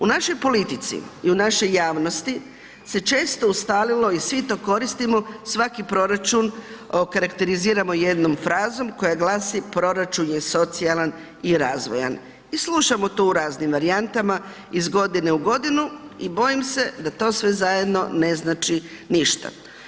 U našoj politici i u našoj javnosti se često ustalilo i svi to koristimo, svaki proračuna okarakteriziramo jednom frazom koja glasi proračun je socijalan i razvojan i slušamo to u raznim varijantama, iz godine u godinu i bojim se da to sve zajedno ne znači ništa.